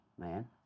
man